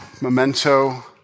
Memento